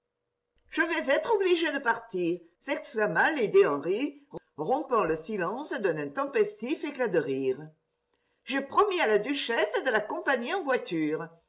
je vais être obligée de partir s'exclama lady henry rompant le silence d'un intempestif éclat de rire j'ai promis à la duchesse de l'accompagner en voiture